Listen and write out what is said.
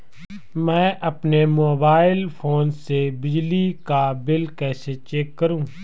मैं अपने mobile phone से बिजली का बिल कैसे चेक करूं?